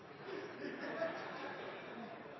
er forunderlig, er